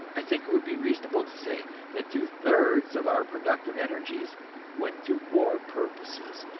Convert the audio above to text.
i think it would be reasonable to say that two-thirds of our productive energies went to war purposes,